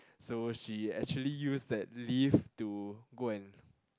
so she actually used that leave to go and